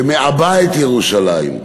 שמעבה את ירושלים,